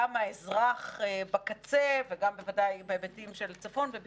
גם האזרח בקצה וגם בוודאי בהיבטים של צפון, ובכלל,